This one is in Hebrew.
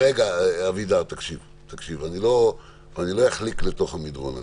ח"כ אבידר, תקשיב, אני לא אחליק לתוך המדרון הזה.